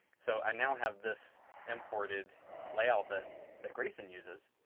so, i now have this imported layout that that grayson uses